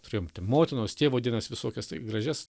turėjom tai motinos tėvo dienas visokias tai gražias